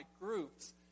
groups